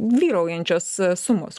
vyraujančios sumos